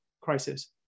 crisis